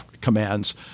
commands